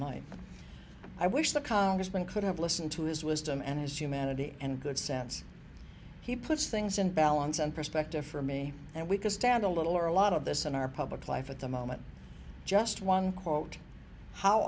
night i wish the congressman could have listened to his wisdom and his humanity and good sense he puts things in balance and perspective for me and we can stand a little or a lot of this in our public life at the moment just one quote how